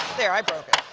there, i broke it.